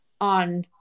on